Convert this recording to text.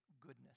goodness